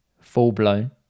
full-blown